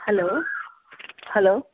hello hello